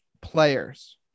players